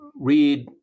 read